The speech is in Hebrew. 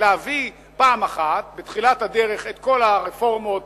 להביא פעם אחת בתחילת הדרך את כל הרפורמות